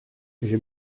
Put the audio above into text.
j’ai